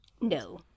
No